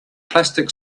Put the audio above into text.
plastic